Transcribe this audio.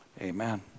amen